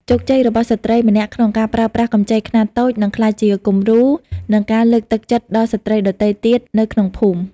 ជោគជ័យរបស់ស្ត្រីម្នាក់ក្នុងការប្រើប្រាស់កម្ចីខ្នាតតូច នឹងក្លាយជាគំរូ និងការលើកទឹកចិត្តដល់ស្ត្រីដទៃទៀតនៅក្នុងភូមិ។